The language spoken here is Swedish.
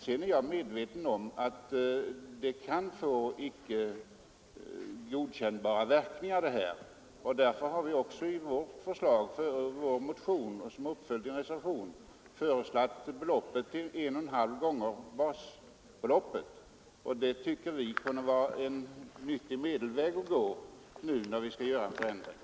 Sedan är jag medveten om att förfaringssättet kan få oacceptabla verkningar, och därför har vi också i vår motion, som har följts upp i en reservation, föreslagit beloppet till en och en halv gånger basbeloppet. Det tycker vi kan vara en bra medelväg att gå.